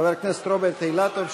חבר הכנסת רוברט אילטוב,